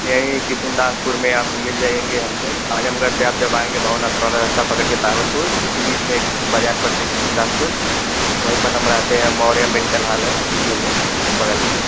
यहीं किसुनदासपुर में आप मिल जाएँगे हमसे आजमगढ़ से आप जब आएँगे भावनाथ वाला रास्ता पकड़ कर तहवरपुर तो उसी बीच में एक बाज़ार पड़ती है किसुनदासपुर वही पर हम रहते हैं मौर्या मेडिकल हाल है उसी में बगल में